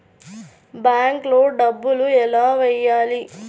బ్యాంక్లో డబ్బులు ఎలా వెయ్యాలి?